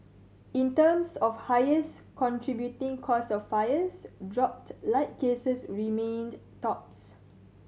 in terms of highest contributing cause of fires dropped light cases remained tops